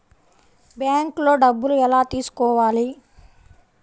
బ్యాంక్లో డబ్బులు ఎలా తీసుకోవాలి?